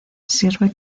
sirve